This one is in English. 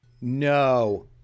No